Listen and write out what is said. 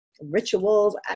rituals